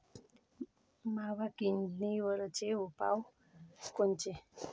मावा किडीवरचे उपाव कोनचे?